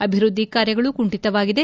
ಅಭಿವೃದ್ದಿ ಕಾರ್ಯಗಳು ಕುಂಠಿತವಾಗಿದೆ